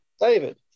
David